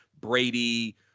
Brady